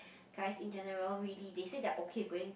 guys in general really they say they are okay going